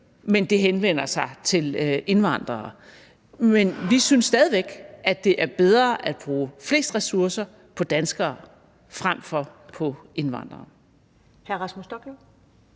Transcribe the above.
men det henvender sig til indvandrere. Men vi synes stadig væk, at det er bedre at bruge flest ressourcer på danskere frem for på indvandrere.